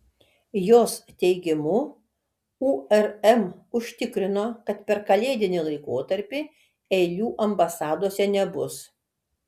jos teigimu urm užtikrino kad per kalėdinį laikotarpį eilių ambasadose nebus